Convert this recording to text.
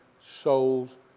souls